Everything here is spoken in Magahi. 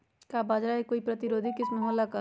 का बाजरा के कोई प्रतिरोधी किस्म हो ला का?